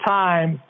time